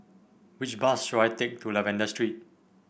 which bus should I take to Lavender Street